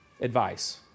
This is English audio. advice